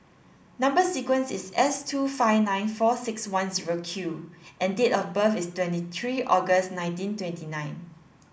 number sequence is S two five nine four six one zero Q and date of birth is twenty three August nineteen twenty nine